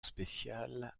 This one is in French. spécial